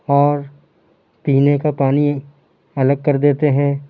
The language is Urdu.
اور پینے کا پانی الگ کر دیتے ہیں